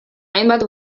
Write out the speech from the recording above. hainbat